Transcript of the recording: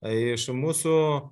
iš mūsų